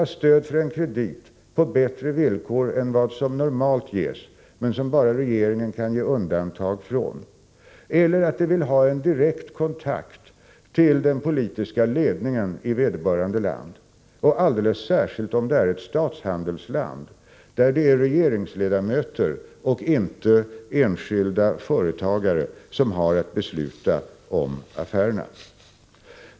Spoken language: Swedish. ha stöd för en kredit på bättre villkor än som normalt ges men som bara regeringen kan medge undantag från. De vill kanske ha en direkt kontakt till den politiska ledningen i vederbörande land, alldeles särskilt om det är ett statshandelsland, där det är regeringsledamöter och inte enskilda företagare som har att besluta om affärerna.